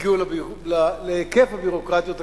הגיעו להיקף הביורוקרטיות הקיימות.